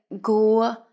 go